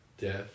death